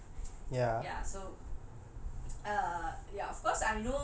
and if you are primary school I would be like my secondary five ya so